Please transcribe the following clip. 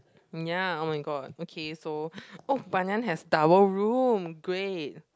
ya [oh]-my-god okay so oh Banyan has towel room great